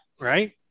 right